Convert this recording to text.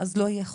אז לא יהיה חוק.